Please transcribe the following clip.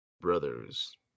brothers